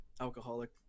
alcoholic